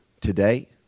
today